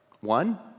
One